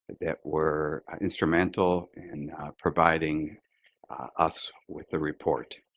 that were instrumental in providing us with the report.